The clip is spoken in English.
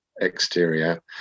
exterior